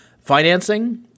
financing